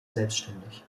selbstständig